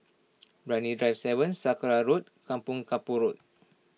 Brani Drive seven Sakra Road Kampong Kapor Road